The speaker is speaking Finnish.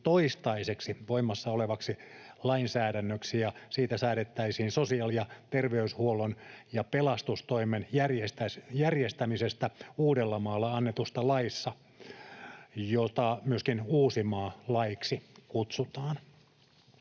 toistaiseksi voimassa olevaksi lainsäädännöksi ja siitä säädettäisiin sosiaali- ja terveyshuollon ja pelastustoimen järjestämisestä Uudellamaalla annetussa laissa, jota myöskin Uusimaa-laiksi kutsutaan.